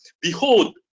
behold